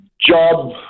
job